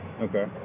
Okay